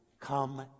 Come